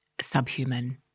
subhuman